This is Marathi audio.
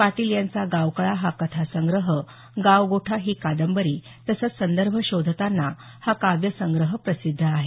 पाटील यांचा गावकळा हा कथासंग्रह गावगोठा ही कादंबरी तसंच संदर्भ शोधतांना हा काव्यसंग्रह प्रसिद्ध आहे